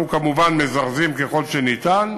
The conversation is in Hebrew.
אנחנו כמובן מזרזים ככל שניתן,